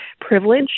privilege